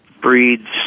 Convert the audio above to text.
breeds